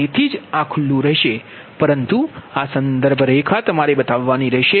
તેથી જ આ ખુલ્લું રહેશે પરંતુ આ સંદર્ભ રેખા તમારે બતાવવાની રહેશે